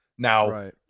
Now